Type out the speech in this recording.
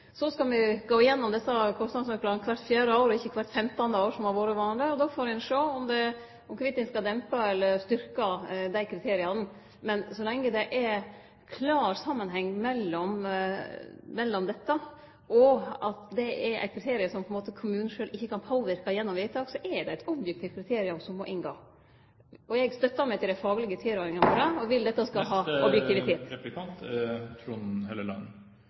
Så skal me gå igjennom kostnadsnøklane kvart fjerde år og ikkje kvart femtande år, som har vore vanleg. Då får ein sjå om ein skal dempe eller styrkje desse kriteria. Men så lenge det er klar samanheng mellom dette, og det er eit kriterium som kommunen sjølv ikkje kan påverke gjennom vedtak, er det eit objektivt kriterium som må inngå. Eg støttar meg til dei faglege tilrådingane og vil at dette